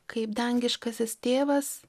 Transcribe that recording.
kaip dangiškasis tėvas